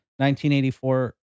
1984